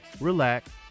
relax